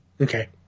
Okay